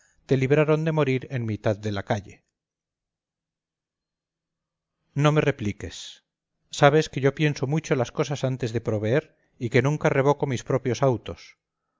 te libraron de morir en mitad de la calle no me repliques sabes que yo pienso mucho las cosas antes de proveer y que nunca revoco mis propios autos